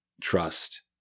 trust